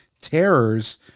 terrors